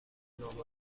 آماده